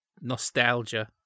nostalgia